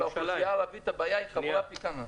באוכלוסייה הערבית הבעיה חמורה פי כמה.